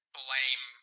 blame